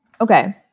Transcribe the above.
Okay